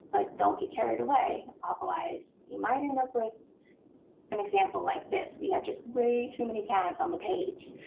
but don't get carried away. otherwise, you might end up with an example like this. we have just way too many tabs on the page.